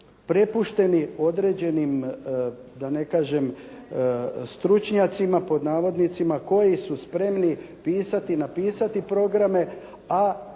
prepušteni određenim da ne kažem "stručnjacima" koji su spremni pisati i napisati programe a